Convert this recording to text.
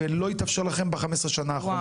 שלא התאפשר לכם ב-15 השנים האחרונות?